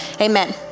amen